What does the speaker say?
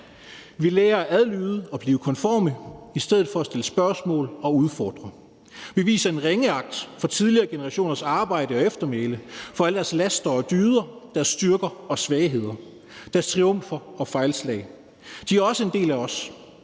Vi lærer at adlyde og blive konforme i stedet for at stille spørgsmål og udfordre. Vi viser en ringeagt for tidligere generationers arbejde og eftermæle, for alle deres laster og dyder, deres styrker og svagheder, deres triumfer og fejlslag. De er også en del af os,